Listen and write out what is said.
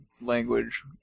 language